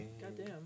Goddamn